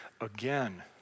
Again